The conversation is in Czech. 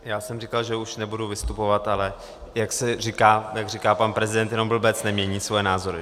Já jsem říkal, že už nebudu vystupovat, ale jak říká pan prezident, jenom blbec nemění svoje názory.